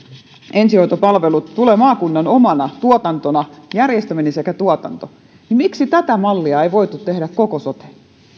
ensihoitopalvelut tulevat maakunnan omana tuotantona järjestäminen sekä tuotanto niin miksi tätä mallia ei voitu tehdä koko soteen